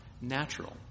natural